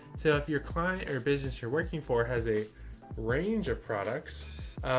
so if your client or a business you're working for has a range of products,